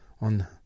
on